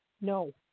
No